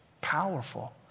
powerful